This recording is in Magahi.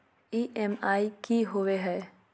ई.एम.आई की होवे है?